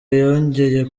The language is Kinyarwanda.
yongeye